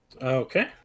Okay